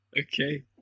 Okay